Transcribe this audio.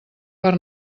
per